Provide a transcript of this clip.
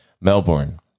Melbourne